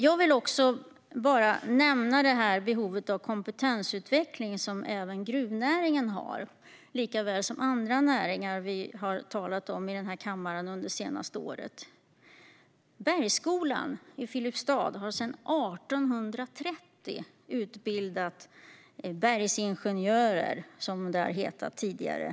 Jag vill bara nämna behovet av kompetensutveckling som även gruvnäringen har, likaväl som andra näringar vi har talat om i kammaren det senaste året. Bergsskolan i Filipstad har sedan 1830 utbildat bergsingenjörer, som det har hetat tidigare.